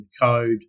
code